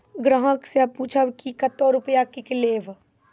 ग्राहक से पूछब की कतो रुपिया किकलेब?